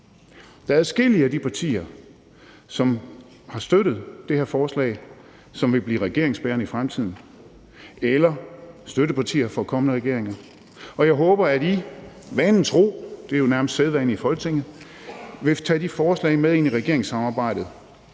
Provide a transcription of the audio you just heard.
Der er adskillige af de partier, der har støttet det her forslag, som vil blive regeringsbærende i fremtiden eller blive støttepartier for kommende regeringer, og jeg håber, at I vanen tro – det er jo nærmest sædvane i Folketinget – vil tage de forslag med ind i regeringssamarbejdet,